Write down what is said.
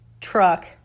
truck